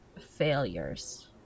failures